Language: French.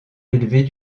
élevées